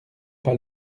pas